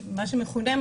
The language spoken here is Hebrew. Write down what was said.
מה שמכונה,